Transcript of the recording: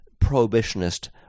prohibitionist